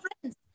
friends